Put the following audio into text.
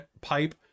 pipe